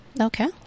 okay